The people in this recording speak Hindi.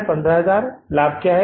F की राशि 15000 है लाभ राशि क्या है